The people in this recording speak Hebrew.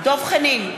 בעד דב חנין,